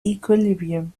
equilibrium